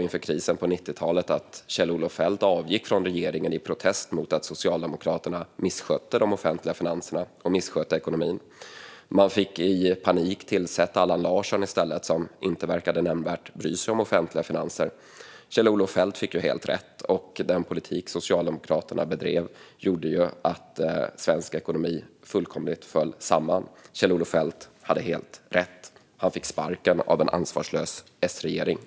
Inför krisen på 90-talet avgick Kjell-Olof Feldt från regeringen i protest mot att Socialdemokraterna misskötte de offentliga finanserna och ekonomin. Man fick i panik i stället tillsätta Allan Larsson, som inte nämnvärt verkade bry sig om offentliga finanser. Kjell-Olof Feldt fick helt rätt, och den politik som Socialdemokraterna drev gjorde att svensk ekonomi fullkomligt föll samman. Kjell-Olof Feldt hade helt rätt. Han fick sparken av en ansvarslös S-regering.